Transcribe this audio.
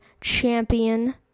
champion